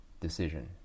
decision